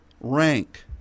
rank